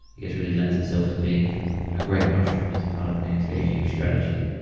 i guess really lends itself to being a great mushroom as part of an anti-aging strategy,